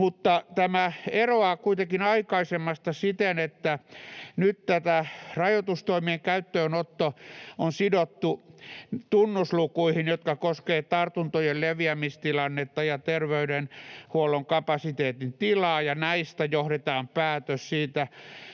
tämä eroaa kuitenkin aikaisemmasta siten, että nyt rajoitustoimien käyttöönotto on sidottu tunnuslukuihin, jotka koskevat tartuntojen leviämistilannetta ja terveydenhuollon kapasiteetin tilaa, ja näistä johdetaan päätös siitä,